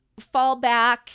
fallback